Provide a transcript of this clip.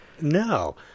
No